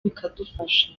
bikadufasha